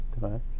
right